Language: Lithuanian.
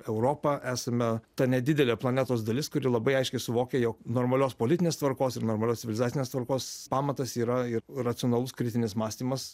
europa esame ta nedidelė planetos dalis kuri labai aiškiai suvokia jog normalios politinės tvarkos ir normalios civilizacinės tvarkos pamatas yra ir racionalus kritinis mąstymas